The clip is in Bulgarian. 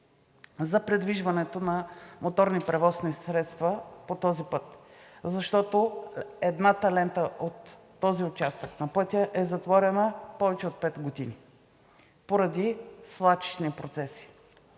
за придвижването на моторни превозни средства по този път, защото едната лента от този участък на пътя е затворена повече от пет години поради свлачищни процеси.